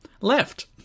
left